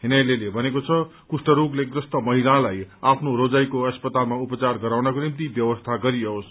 न्यायालयले भन्यो कुष्ठ रोगले ग्रस्त महिलालाई आफ्नो रोजाईको अस्पतालमा उपचार गराउनको निम्ति व्यवस्था गरियोस्